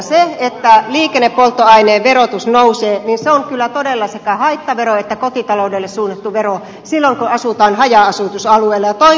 se että liikennepolttoaineen verotus nousee on kyllä todella sekä haittavero että kotitaloudelle suunnattu vero silloin kun asutaan haja asutusalueella